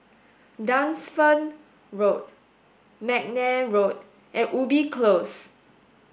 Dunsfold Road McNair Road and Ubi Close